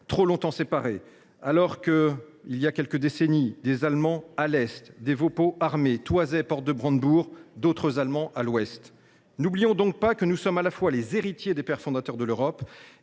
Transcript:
trop longtemps séparés, alors que, il y a encore quelques décennies des Allemands, à l’Est – des VoPos armés –, toisaient, porte de Brandebourg, d’autres Allemands, à l’Ouest. N’oublions donc pas que nous sommes à la fois les héritiers des pères fondateurs de l’Europe